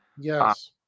yes